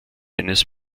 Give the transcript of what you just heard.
eines